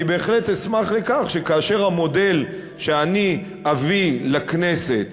אני בהחלט אשמח שכאשר המודל שאני אביא לכנסת